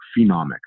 phenomics